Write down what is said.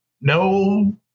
no